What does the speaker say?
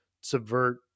subvert